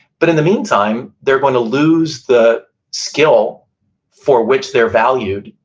but in the meantime, they're going to lose the skill for which they're valued,